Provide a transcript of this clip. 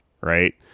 right